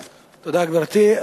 תודה, גברתי.